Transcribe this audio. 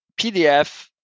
PDF